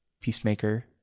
peacemaker